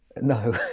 No